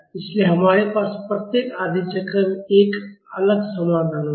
इसलिए हमारे पास प्रत्येक आधे चक्र में एक अलग समाधान होगा